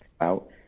Out